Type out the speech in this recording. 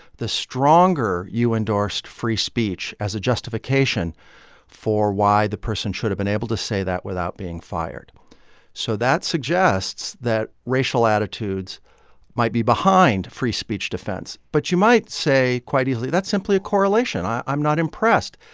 the stronger you endorsed free speech as a justification for why the person should have been able to say that without being fired so that suggests that racial attitudes might be behind free speech defense. but you might say quite easily, that's simply a correlation, i'm not impressed.